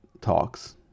Talks